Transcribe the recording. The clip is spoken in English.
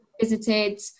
visited